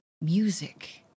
Music